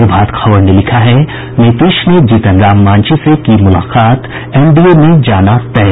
प्रभात खबर ने लिखा है नीतीश ने जीतन राम मांझी से की मुलाकात एनडीए में जाना तय